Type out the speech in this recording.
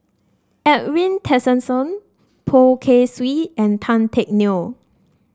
Edwin Tessensohn Poh Kay Swee and Tan Teck Neo